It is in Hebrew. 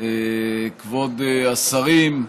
כבוד השרים,